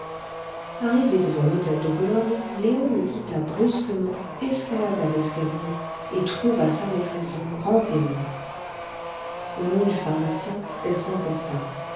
arrivé devant l'hôtel de boulogne léon le quitta brusquement escalada l'escalier et trouva sa maîtresse en grand émoi au nom du pharmacien elle s'emporta